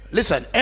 Listen